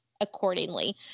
accordingly